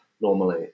normally